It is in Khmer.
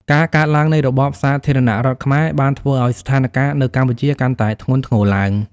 ការកើតឡើងនៃរបបសាធារណរដ្ឋខ្មែរបានធ្វើឱ្យស្ថានការណ៍នៅកម្ពុជាកាន់តែធ្ងន់ធ្ងរឡើង។